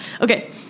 Okay